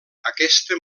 aquesta